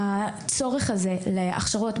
הצורך הזה להכשרות,